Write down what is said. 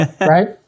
Right